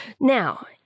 now